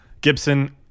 Gibson